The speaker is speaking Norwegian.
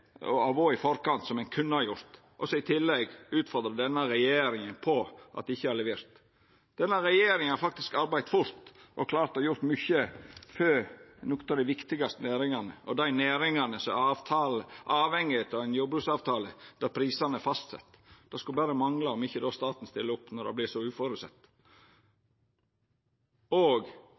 i forkant, som ein kunne ha vore, og i tillegg utfordrar ein denne regjeringa på at ein ikkje har levert. Denne regjeringa har faktisk arbeidd fort og klart å gjera mykje for nokon av dei viktigaste næringane, og dei næringane som er avhengig av ein jordbruksavtale der prisane er fastsette. Det skulle berre mangla om ikkje staten stiller opp når det vert så uventa. Og det viktigaste: Det er faktisk eit vilja løp med meir utveksling og